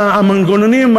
המנגנונים,